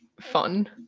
fun